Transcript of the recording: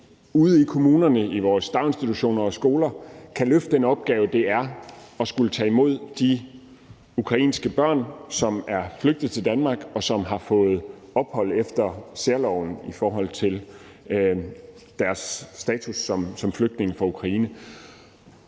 ude i kommunerne, i vores daginstitutioner og skoler, kan løfte den opgave, det er at skulle tage imod de ukrainske børn, som er flygtet til Danmark, og som har fået ophold efter særloven og dermed har status som flygtninge fra Ukraine.